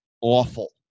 awful